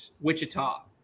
Wichita